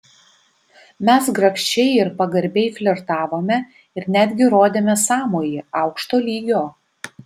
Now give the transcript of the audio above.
mes grakščiai ir pagarbiai flirtavome ir netgi rodėme sąmojį aukšto lygio